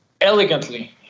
elegantly